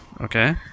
Okay